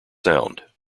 sound